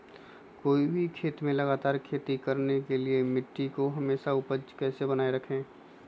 कोई भी खेत में लगातार खेती करने के लिए मिट्टी को हमेसा उपजाऊ कैसे बनाय रखेंगे?